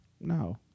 No